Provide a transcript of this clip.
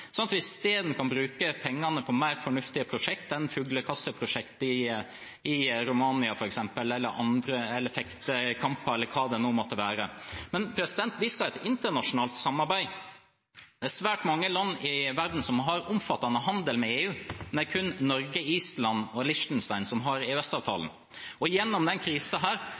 sånn at vi isteden kan bruke pengene på mer fornuftige ting enn fuglekasseprosjekt i Romania, fektekamper eller hva det nå måtte være. Vi skal ha et internasjonalt samarbeid. Det er svært mange land i verden som har omfattende handel med EU, men det er kun Norge, Island og Liechtenstein som har EØS-avtalen. Gjennom denne krisen har vi virkelig sett hvordan vi blir overstyrt gjennom